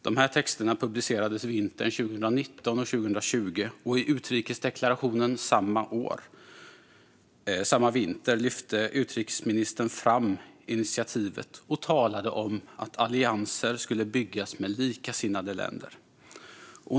De här texterna publicerades vintern 2019 och 2020, och i utrikesdeklarationen samma vinter lyfte utrikesministern fram initiativet och talade om att allianser skulle byggas med likasinnade länder.